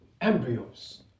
embryos